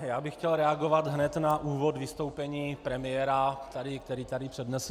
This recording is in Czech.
Já bych chtěl reagovat hned na úvod vystoupení premiéra, který tady přednesl.